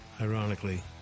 Ironically